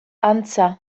antza